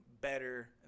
better